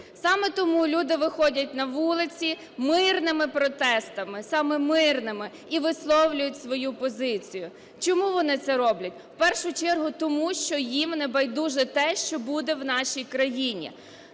саме тому люди виходять на вулиці мирними протестами, саме мирними, і висловлюють свою позицію. Чому вони це роблять? В першу чергу тому, що їм не байдуже те, що буде в нашій країні.